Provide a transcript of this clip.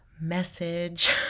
message